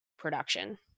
production